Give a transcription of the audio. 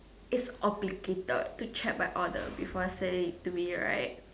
is obligated to check my order before sending it to me right